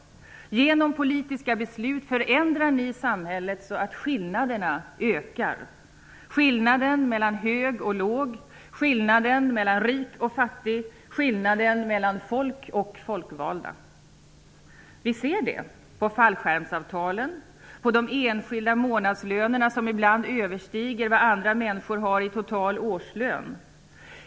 Genom politiska beslut förändrar ni samhället så att skillnaderna ökar. Det gäller skillnaden mellan hög och låg, skillnaden mellan rik och fattig och skillnaden mellan folk och folkvalda. Vi ser det på fallskärmsavtalen och på de enskilda månadslönerna som ibland överstiger vad andra människor har i total årslön.